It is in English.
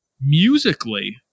Musically